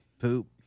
poop